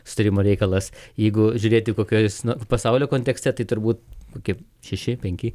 sutarimo reikalas jeigu žiūrėti kokiais no pasaulio kontekste tai turbūt kokie šeši penki